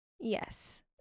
Yes